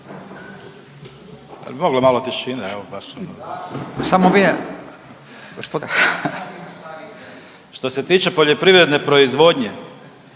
Što se tiče poljoprivredne proizvodnje